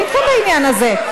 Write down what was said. אני אתכם בעניין הזה.